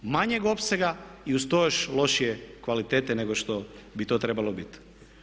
Manjeg opsega i uz to još lošije kvalitete nego što bi to trebalo biti.